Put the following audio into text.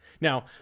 now